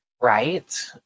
right